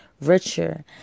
richer